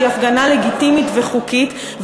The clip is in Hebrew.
שהיא הפגנה לגיטימית וחוקית,